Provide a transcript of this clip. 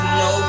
no